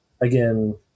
Again